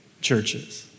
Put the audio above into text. churches